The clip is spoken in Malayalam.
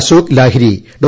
അശോക് ലാഹ്രി ഡോ